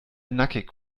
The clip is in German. nackig